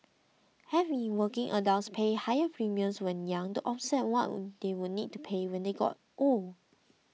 have working adults pay higher premiums when young to offset what they would need to pay when they got old